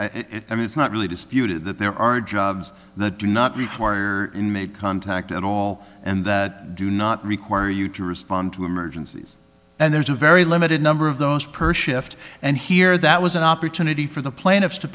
jobs i mean it's not really disputed that there are jobs that do not require in made contact at all and that do not require you to respond to emergencies and there's a very limited number of those per shift and here that was an opportunity for the plaintiffs to